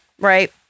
right